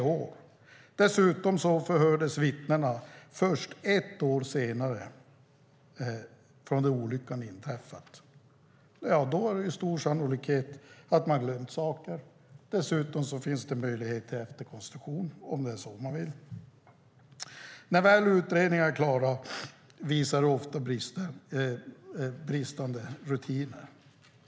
Dessutom förhördes vittnena först ett år efter det att olyckan hade inträffat. Då är det stor sannolikhet att man har glömt saker. Dessutom finns det möjlighet till efterkonstruktion, om man vill det. När väl utredningarna är klara visar de ofta på bristande rutiner.